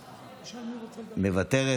מוותרת.